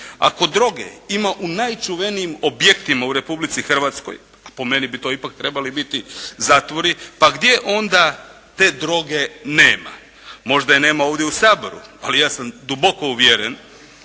Ako droge ima u najčuvanijim objektima u Republici Hrvatskoj, a po meni bi to ipak trebali biti zatvori, pa gdje onda te droge nema? Možda je nema ovdje u Saboru, ali ja sam duboko uvjeren